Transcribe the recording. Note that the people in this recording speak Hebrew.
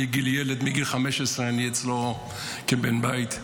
מגיל 15 אני אצלו כבן בית,